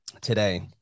today